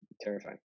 terrifying